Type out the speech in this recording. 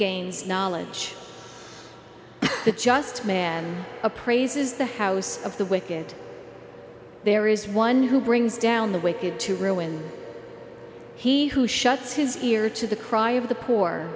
gains knowledge the just man appraises the house of the wicked there is one who brings down the wicked to ruin he who shuts his ear to the cry of the poor